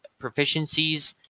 proficiencies